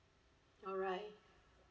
alright